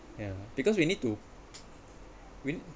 mm because we need to we